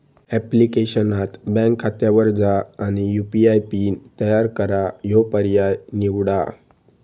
ऍप्लिकेशनात बँक खात्यावर जा आणि यू.पी.आय पिन तयार करा ह्यो पर्याय निवडा